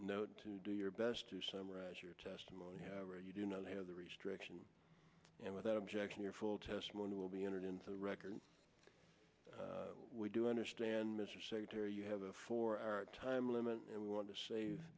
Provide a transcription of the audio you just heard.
note to do your best to summarize your testimony you do not have the restriction and without objection your full testimony will be entered into the record we do understand mr secretary you have a four hour time limit and we want to save